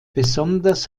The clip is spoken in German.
besonders